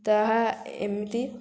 ତାହା ଏମିତି